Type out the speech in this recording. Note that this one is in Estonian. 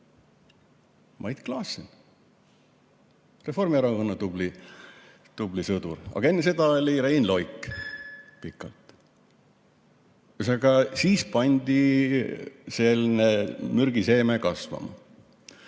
Mait Klaassen, Reformierakonna tubli sõdur, aga enne seda oli Rein Loik pikalt. Ühesõnaga, siis pandi selline mürgiseeme kasvama.